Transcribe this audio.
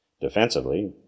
Defensively